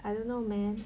I don't know man